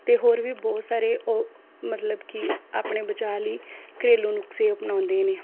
ਅਤੇ ਹੋਰ ਵੀ ਬਹੁਤ ਸਾਰੇ ਉਹ ਮਤਲਬ ਕਿ ਆਪਣੇ ਬਚਾ ਲਈ ਘਰੇਲੂ ਨੁਸਖੇ ਅਪਣਾਉਂਦੇ ਨੇ